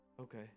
Okay